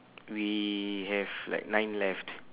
we have like nine left